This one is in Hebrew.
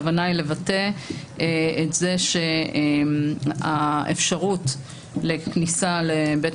הכוונה היא לבטא את זה שהאפשרות לכניסה לבית